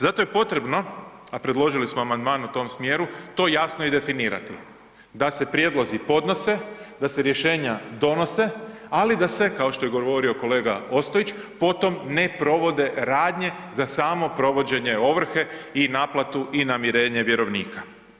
Zato je potrebno, a predložili smo amandman u tom smjeru, to jasno i definirati, da se prijedlozi podnose, da se rješenja donose, ali da se kao što je govorio kolega Ostojić, potom ne provode radnje za samo provođenje ovrhe i naplatu i namirenje vjerovnika.